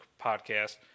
podcast